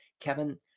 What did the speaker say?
kevin